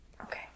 Okay